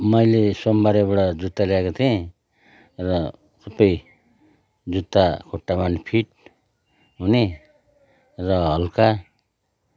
मैले सोमबारेबाट जुत्ता ल्याएको थिएँ र त्यही जुत्ता खुट्टामा पनि फिट हुने र हल्का